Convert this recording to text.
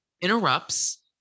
interrupts